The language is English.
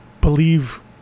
believe